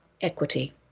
equity